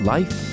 Life